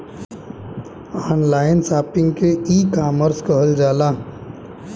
online shopping के ecommerce कहल जाला